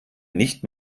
nicht